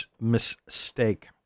mistake